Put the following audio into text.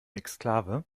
exklave